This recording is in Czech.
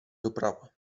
doprava